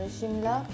Shimla